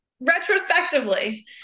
retrospectively